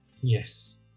Yes